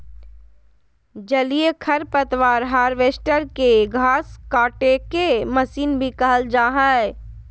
जलीय खरपतवार हार्वेस्टर, के घास काटेके मशीन भी कहल जा हई